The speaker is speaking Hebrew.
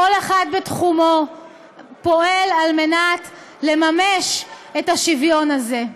כל אחד בתחומו פועל לממש את השוויון הזה.